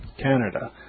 Canada